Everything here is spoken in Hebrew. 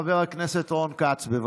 חבר הכנסת רון כץ, בבקשה,